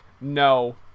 no